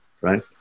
right